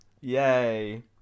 Yay